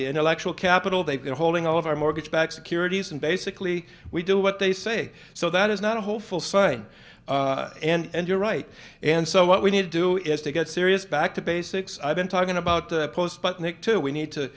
the intellectual capital they've been holding all of our mortgage backed securities and basically we do what they say so that is not a hopeful sign and you're right and so what we need to do is to get serious back to basics i've been talking about the post but nick to we need to